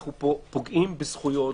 אנחנו פוגעים פה בזכויות,